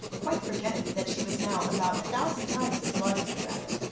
quite forgetting that she was now about a thousand times as large as the rabbit,